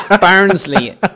Barnsley